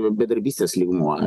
bedarbystės lygmuo